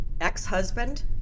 ex-husband